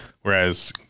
whereas